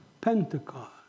Pentecost